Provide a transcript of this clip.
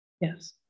Yes